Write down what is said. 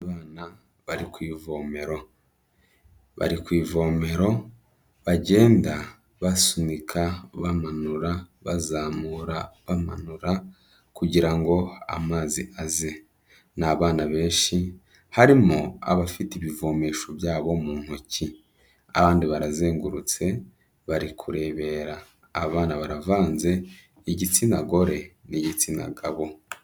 Abana bari ku ivomero, bari ku ivomero bagenda basunika, bamanura, bazamura bamanura kugira ngo amazi aze, ni abana benshi harimo abafite ibivomesho byabo mu ntoki, abandi barazengurutse bari kurebera, aba bana baravanze igitsina gore n'igitsina gabo.